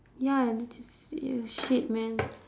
ya uh shit man